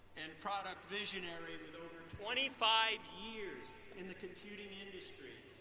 and product visionary with over twenty five years in the computing industry.